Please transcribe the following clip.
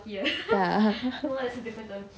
ya